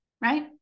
Right